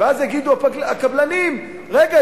ואז יגידו הקבלנים: רגע,